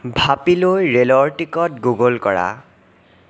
ভাপিলৈ ৰে'লৰ ticket Google কৰা